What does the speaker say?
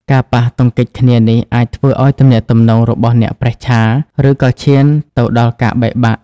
ការប៉ះទង្គិចគ្នានេះអាចធ្វើឲ្យទំនាក់ទំនងរបស់អ្នកប្រេះឆា ឬក៏ឈានទៅដល់ការបែកបាក់។